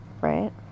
right